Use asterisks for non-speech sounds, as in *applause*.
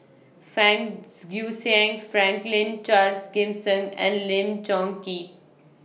Fang *noise* Guixiang Franklin Charles Gimson and Lim Chong Keat